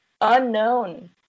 unknown